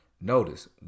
Notice